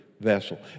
vessel